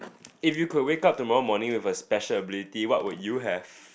if you could wake up tomorrow morning with a special ability what would you have